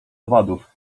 owadów